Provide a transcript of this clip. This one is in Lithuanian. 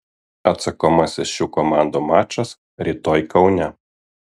atsakomasis šių komandų mačas rytoj kaune